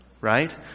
Right